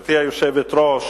גברתי היושבת-ראש,